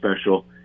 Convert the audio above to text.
special